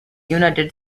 united